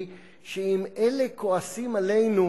היא שאם אלה כועסים עלינו